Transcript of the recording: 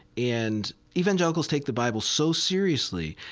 and evangelicals take the bible so seriously,